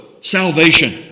salvation